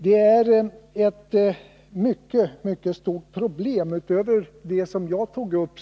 Det gäller här ett mycket, mycket stort problem med fler aspekter än dem som jag tog upp.